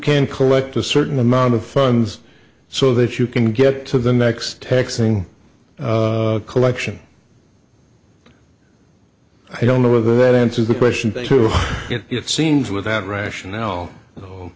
can collect a certain amount of funds so that you can get to the next taxing collection i don't know whether that answers the question but it seems with that rationale